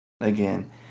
again